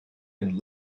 and